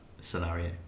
scenario